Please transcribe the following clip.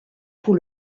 pour